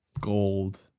gold